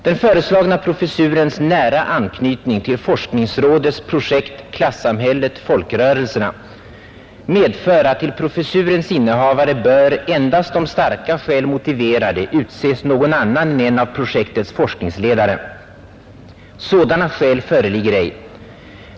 Den föreslagna professurens nära anknytning till forskningsrådets projekt ”Klassamhället: folkrörelserna” medför, att till professurens innehavare bör, endast om starka skäl motivera det, utses någon annan än en av projektets forskningsledare. Sådana skäl föreligger ej.